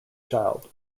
child